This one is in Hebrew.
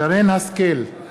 שרן השכל,